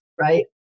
right